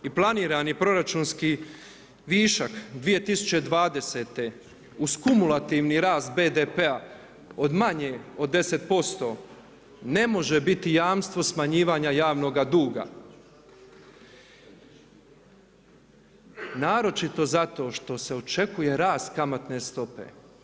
I planirani proračunski višak 2020. uz kumulativni rast BDP-a od manje od 10% ne može biti jamstvo smanjivanja javnoga duga, naročito zato što se očekuje rast kamatne stope.